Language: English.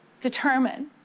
Determine